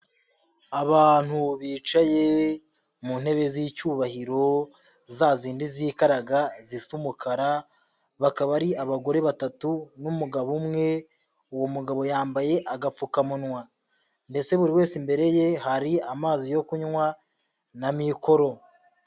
Abantu bicaye mu ntebe z'icyubahiro za zindi zikaraga zisa umukara bakaba ari abagore batatu n'umugabo umwe, uwo mugabo yambaye agapfukamunwa ndetse buri wese imbere ye hari amazi yo kunywa na mikoro.